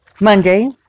Monday